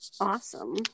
Awesome